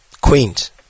Queens